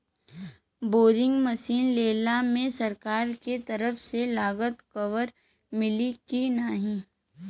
Boring machine लेला मे सरकार के तरफ से लागत कवर मिली की नाही?